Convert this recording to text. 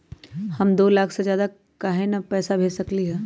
हम दो लाख से ज्यादा पैसा काहे न भेज सकली ह?